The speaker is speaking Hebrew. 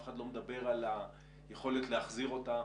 אף אחד לא מדבר על היכולת להחזיר אותם.